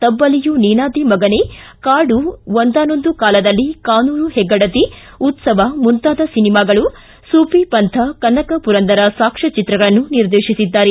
ತಬ್ಲಲಿಯು ನೀನಾದೆ ಮಗನೆ ಕಾಡು ಒಂದಾನೊಂದು ಕಾಲದಲ್ಲಿ ಕಾನೂರು ಹೆಗ್ಗಡತಿ ಉತ್ಸವ್ ಮುಂತಾದ ಸಿನಿಮಾಗಳು ಸೂಫಿ ಪಂಥ ಕನಕ ಪುರಂದರ ಸಾಕ್ಷಚಿತ್ರಗಳನ್ನು ನಿರ್ದೇಶಿಸಿದ್ದಾರೆ